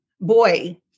boy